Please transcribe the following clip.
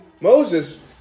Moses